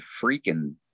freaking